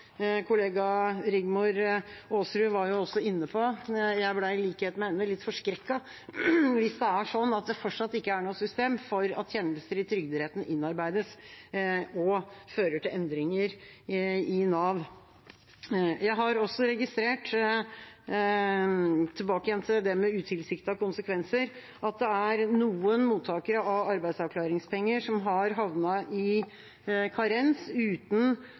kollega Rigmor Aasrud var jo også inne på – jeg ble i likhet med henne litt forskrekket hvis det er sånn – at det fortsatt ikke er noe system for at kjennelser i Trygderetten innarbeides og fører til endringer i Nav. Tilbake igjen til det med utilsiktede konsekvenser: Jeg har også registrert at det er noen mottakere av arbeidsavklaringspenger som har havnet i karens uten